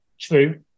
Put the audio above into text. true